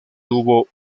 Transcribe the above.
hubo